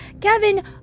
Kevin